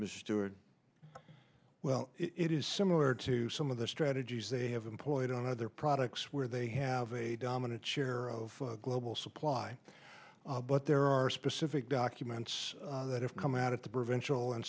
mister well it is similar to some of the strategies they have employed on other products where they have a dominant share of global supply but there are specific documents that have come out at the provincial